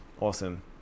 Awesome